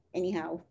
anyhow